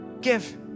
give